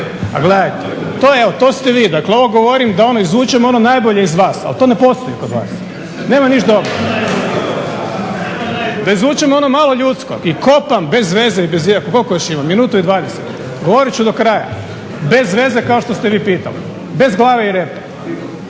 Evo, to ste vi. Dakle, ovo govorim da ono izvučem ono najbolje iz vas, al to ne postoji kod vas. Nema ništa …/Upadica se ne čuje./… Da izvučem ono malo ljudsko, i kopam bezveze. Koliko još imam? Minuti i dvadeset, govorit ću do kraja. Bezveze kao što ste i vi pitali, bez glave i repa.